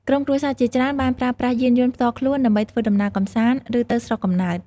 ក្រុមគ្រួសារជាច្រើនបានប្រើប្រាស់យានយន្តផ្ទាល់ខ្លួន ដើម្បីធ្វើដំណើរកម្សាន្ត ឬទៅស្រុកកំណើត។